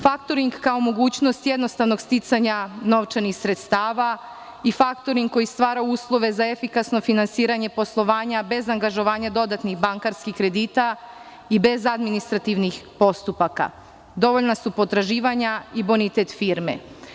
Faktoring kao mogućnost jednostavnog sticanja novčanih sredstava i faktoring koji stvara uslove za efikasno finansiranje poslovanja bez angažovanja dodatnih bankarskih kredita i bez administrativnih postupaka, dovoljna su potraživanja i bonitet firme.